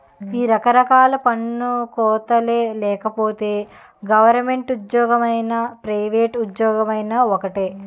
ఈ రకరకాల పన్ను కోతలే లేకపోతే గవరమెంటు ఉజ్జోగమైనా పైవేట్ ఉజ్జోగమైనా ఒక్కటే